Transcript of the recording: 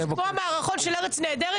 זה כמו המערכון בארץ נהדרת,